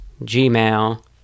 gmail